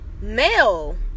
male